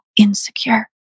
insecure